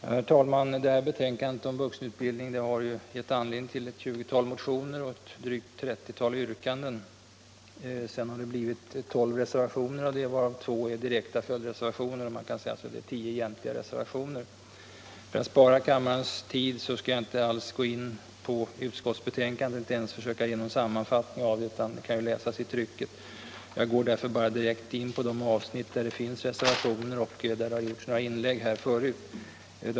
Herr talman! Betänkandet om vuxenutbildning har givit anledning till ett 20-tal motioner och drygt 30 yrkanden. Av det har det sedan blivit 12 reservationer, av vilka 2 är direkta följdreservationer. Man kan alltså säga att det är 10 egentliga reservationer. För att spara kammarens tid skall jag inte gå in på utskottsbetänkandet eller ens försöka ge någon sammanfattning av det. Det kan ju läsas i trycket. Jag går därför direkt in på de avsnitt där det finns reservationer och där det har gjorts något inlägg här förut.